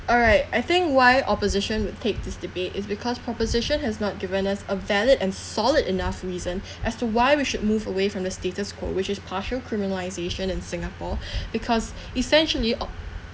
alright I think why opposition would take this debate is because proposition has not given us a valid and solid enough reason as to why we should move away from the status quo which is partial criminalization in singapore because essentially o~